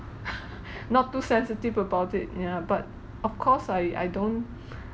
not too sensitive about it yeah but of course I I don't